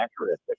accurate